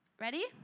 Ready